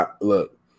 look